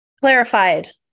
Clarified